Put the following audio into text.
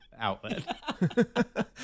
outlet